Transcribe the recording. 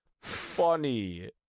funny